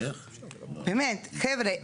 באמת, חבר'ה.